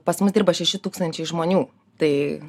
pas mus dirba šeši tūkstančiai žmonių tai